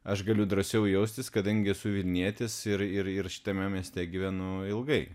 aš galiu drąsiau jaustis kadangi esu vilnietis ir ir šitame mieste gyvenu ilgai